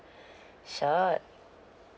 sure